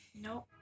Nope